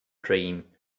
dream